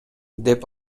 деп